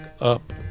up